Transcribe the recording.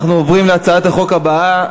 אנחנו עוברים להצעת החוק הבאה,